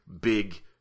big